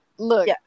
Look